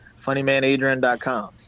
funnymanadrian.com